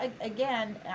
again